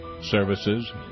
services